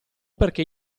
perché